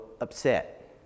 upset